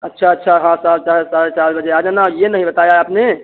अच्छा अच्छा हाँ सार चाहे साढ़े चार बजे आ जाना और ये नहीं बताया आपने